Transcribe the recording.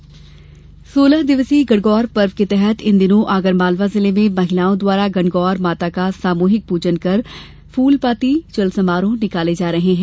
गणगौर तीज सोलह दिवसीय गणगौर पर्व के तहत इन दिनों आगरमालवा जिले में महिलाओं द्वारा गणगौर माता का सामूहिक पूजन कर फूल पाती चल समारोह निकाले जा रहे है